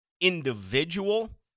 individual